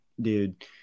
dude